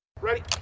Ready